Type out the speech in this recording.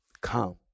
come